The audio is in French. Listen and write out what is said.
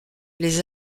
les